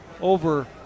over